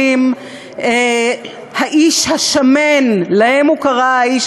למורים: "האיש השמן" להם הוא קרא "האיש